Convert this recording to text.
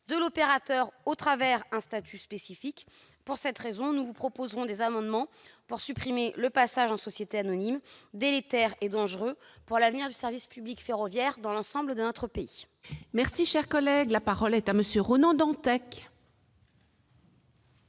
de l'opérateur au travers d'un statut spécifique. Pour cette raison, nous vous proposerons des amendements visant à supprimer ce passage en société anonyme, délétère et dangereux pour l'avenir du service public ferroviaire dans l'ensemble de notre pays. La parole est à M. Ronan Dantec,